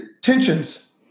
tensions